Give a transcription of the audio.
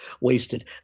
wasted